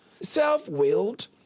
self-willed